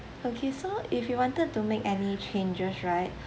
okay so if you wanted to make any changes right